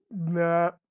no